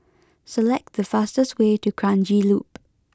select the fastest way to Kranji Loop